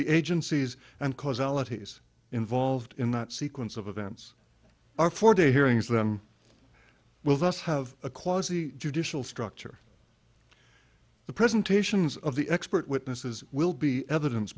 the agencies and causalities involved in that sequence of events our four day hearings them well let's have a quasi judicial structure the presentations of the expert witnesses will be evidence